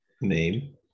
name